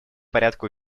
порядку